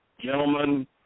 gentlemen